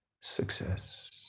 success